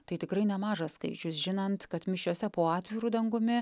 tai tikrai nemažas skaičius žinant kad mišiose po atviru dangumi